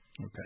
Okay